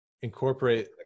incorporate